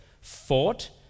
fought